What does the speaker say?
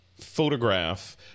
photograph